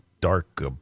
dark